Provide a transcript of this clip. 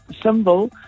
symbol